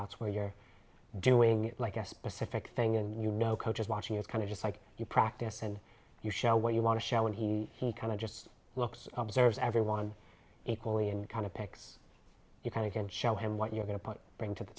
outs where you're doing like a specific thing and you know coach is watching it's kind of just like you practice and you show what you want to show and he he kind of just looks observes everyone equally and kind of picks you kind of can show him what you're going to put bring to the